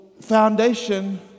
foundation